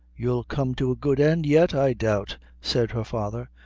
you'll come to a good end yet, i doubt, said her father.